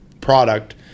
product